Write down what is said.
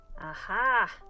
Aha